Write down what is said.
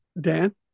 Dan